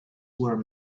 were